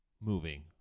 moving